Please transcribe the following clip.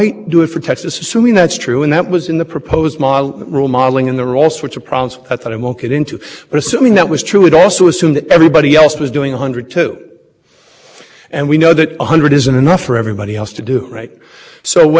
methodology and the application of the methodology to the facts and the supreme court upheld on equivocally the methodology here starting with the uniform cost using that